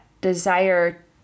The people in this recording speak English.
desire